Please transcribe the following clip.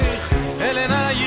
Elena